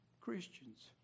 Christians